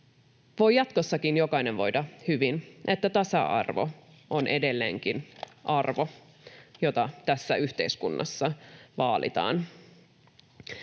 voi jatkossakin jokainen voida hyvin, että tasa-arvo on edelleenkin arvo, jota tässä yhteiskunnassa vaalitaan.